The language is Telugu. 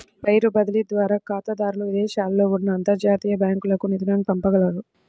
వైర్ బదిలీ ద్వారా ఖాతాదారులు విదేశాలలో ఉన్న అంతర్జాతీయ బ్యాంకులకు నిధులను పంపగలరు